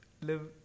live